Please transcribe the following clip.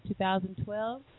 2012